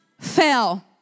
fail